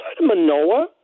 Manoa